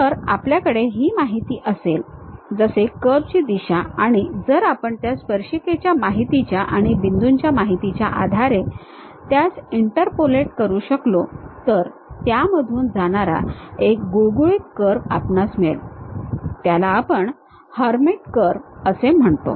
जर आपल्याकडे ही माहिती असेल जसे कर्व ची दिशा आणि जर आपण त्या स्पर्शिकेच्या माहितीच्या आणि बिंदूच्या माहितीच्या आधारे त्यास इंटरपोलेट करू शकलो तर त्यामधून जाणारा एक गुळगुळीत कर्व आपणास मिळेल त्याला आपण हर्मिट कर्व असे म्हणतो